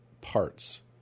parts